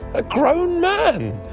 a grown man!